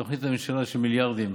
בתוכנית הממשלה יש מיליארדים,